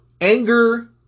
anger